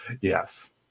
yes